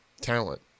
talent